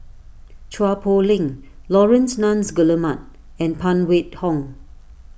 Chua Poh Leng Laurence Nunns Guillemard and Phan Wait Hong